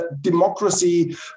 democracy